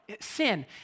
Sin